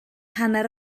hanner